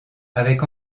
avec